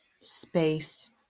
space